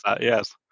Yes